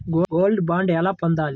Gold bond ఎలా పొందాలి?